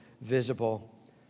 visible